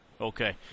Okay